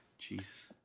Jeez